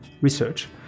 research